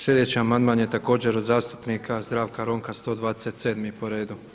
Sljedeći amandman je također od zastupnika Zdravka Ronka 127 po redu.